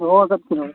ᱫᱚᱦᱚ ᱟᱠᱟᱫ ᱠᱚᱫᱚᱭ